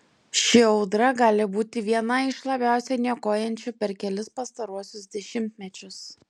ši audra gali būti viena iš labiausiai niokojančių per kelis pastaruosius dešimtmečius